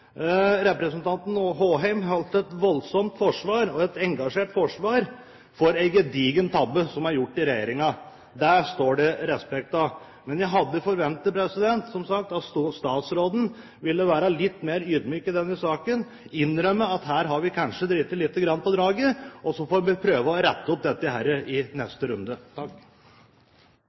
Representanten Håheim holdt et innlegg som var et voldsomt og et engasjert forsvar for en gedigen tabbe som er gjort fra Regjeringen. Det står det respekt av. Men jeg hadde forventet, som sagt, at statsråden ville være litt mer ydmyk og innrømmet at her har vi kanskje driti litt på draget, men vi får prøve å rette dette opp i neste runde.